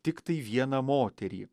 tiktai vieną moterį